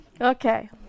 Okay